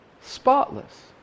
Spotless